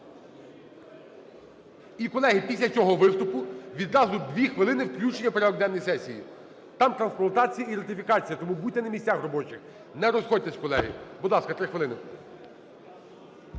І, колеги, після цього виступу, відразу 2 хвилини - включення в порядок денний сесії, там трансплантація і ратифікація. Тому будьте на місяцях робочих, нерозходьтесь, колеги. Будь ласка, 3 хвилини.